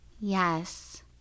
Yes